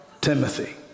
Timothy